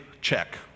check